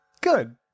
Good